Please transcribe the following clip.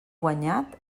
guanyat